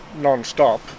non-stop